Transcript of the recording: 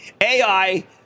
AI